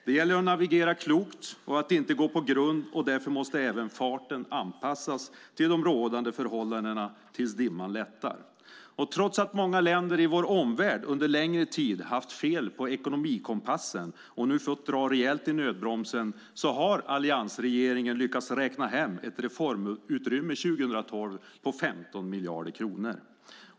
Det gäller att navigera klokt och att inte gå på grund, och därför måste även farten anpassas till rådande förhållanden tills dimman lättar. Trots att många länder i vår omvärld under längre tid haft fel på ekonomikompassen och nu fått dra rejält i nödbromsen har alliansregeringen lyckats räkna hem ett reformutrymme 2012 på 15 miljarder kronor.